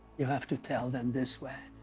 you have to tell them this way.